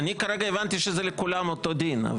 אני כרגע הבנתי שזה לכולם אותו דין.